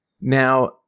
Now